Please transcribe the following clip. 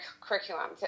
curriculum